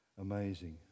Amazing